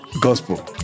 gospel